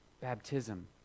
baptism